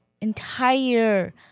entire